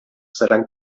seran